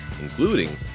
including